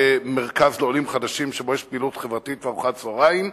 מרכז לעולים חדשים שבו יש פעילות חברתית וארוחת צהריים,